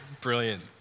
Brilliant